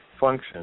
function